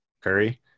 Curry